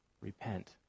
Repent